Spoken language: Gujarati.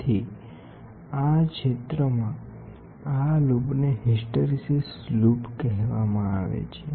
તેથી આ ક્ષેત્રમાં આ લૂપને હિસ્ટ્રેસિસ લૂપ કહેવામાં આવે છે